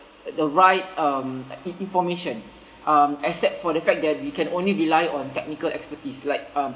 the right um information um except for the fact that we can only rely on technical expertise like um